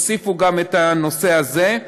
הוסיפו גם את הנושא הזה.